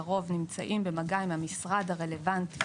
שלרוב נמצאים במגע עם המשרד הרלוונטי.